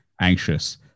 anxious